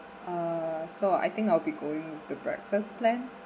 uh so I think I'll be going to breakfast plan